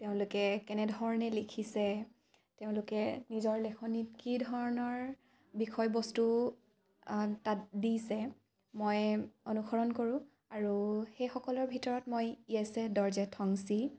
তেওঁলোকে কেনেধৰণে লিখিছে তেওঁলোকে নিজৰ লেখনিত কি ধৰণৰ বিষয়বস্তু তাত দিছে মই অনুসৰণ কৰোঁ আৰু সেইসকলৰ ভিতৰত মই য়েছে দৰ্জে ঠংচি